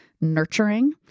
nurturing